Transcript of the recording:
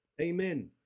Amen